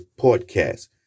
podcast